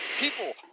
people